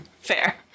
Fair